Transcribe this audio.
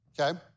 okay